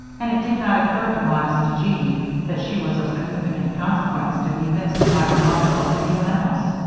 and it did not occur to modest jean that she was of sufficient consequence to be missed by her mother or anyone else.